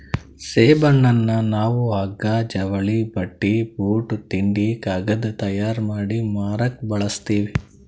ಸೆಣಬನ್ನ ನಾವ್ ಹಗ್ಗಾ ಜವಳಿ ಬಟ್ಟಿ ಬೂಟ್ ತಿಂಡಿ ಕಾಗದ್ ತಯಾರ್ ಮಾಡಿ ಮಾರಕ್ ಬಳಸ್ತೀವಿ